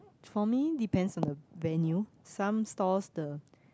for me depends on the venue some stalls the